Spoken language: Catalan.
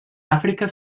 àfrica